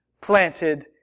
planted